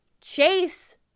Chase